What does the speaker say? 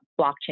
blockchain